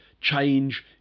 change